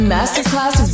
Masterclass